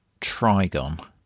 trigon